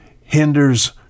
hinders